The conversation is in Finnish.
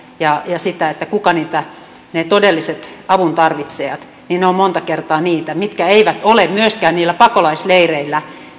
ja sen keitä ovat ne todelliset avun tarvitsijat he ovat monta kertaa niitä jotka eivät ole myöskään niillä pakolaisleireillä